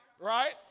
Right